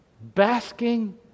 Basking